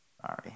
Sorry